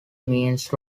means